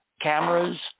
cameras